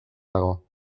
dago